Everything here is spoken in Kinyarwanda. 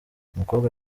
umukobwa